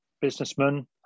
businessman